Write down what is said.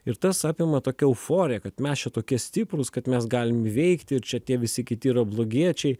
ir tas apima tokia euforija kad mes čia tokie stiprūs kad mes galim veikti ir čia tie visi kiti yra blogiečiai